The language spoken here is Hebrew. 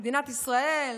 במדינת ישראל,